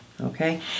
Okay